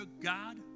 God